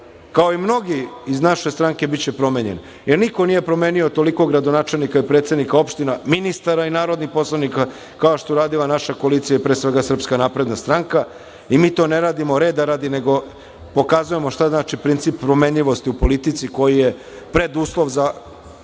kao i mnogi iz naše stranke, biće promenjen, jer niko nije promenio toliko gradonačelnika i predsednika opština, ministara i narodnih poslanika kao što je uradila naša koalicija, pre svega SNS. Mi to ne radimo reda radi nego pokazujemo šta znači princip promenljivosti u politici koji je preduslov za